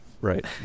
Right